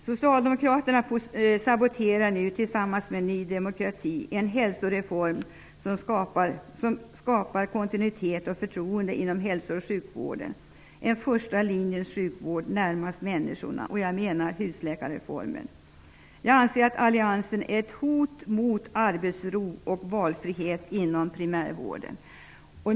Socialdemokraterna saboterar nu tillsammans med Ny demokrati en hälsoreform som skapar kontinuitet och förtroende inom hälso och sjukvården -- en första linjens sjukvård närmast människorna. Jag talar om husläkarreformen. Jag anser att alliansen är ett hot mot arbetsron och valfriheten inom primärvården.